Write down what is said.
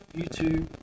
YouTube